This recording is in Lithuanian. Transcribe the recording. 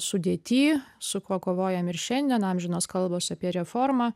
sudėty su kuo kovojam ir šiandien amžinos kalbos apie reformą